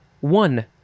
One